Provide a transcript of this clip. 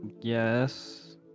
Yes